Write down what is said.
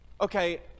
Okay